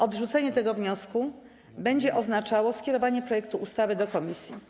Odrzucenie tego wniosku będzie oznaczało skierowanie projektu ustawy do komisji.